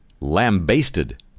lambasted